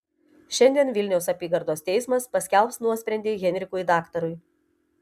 šiandien vilniaus apygardos teismas paskelbs nuosprendį henrikui daktarui